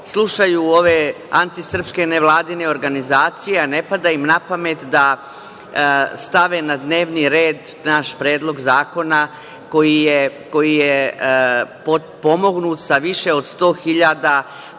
slušaju ove antisrpske nevladine organizacije, a ne pada im napamet da stave na dnevni red naš predlog zakona koji je potpomognut sa više od 100.000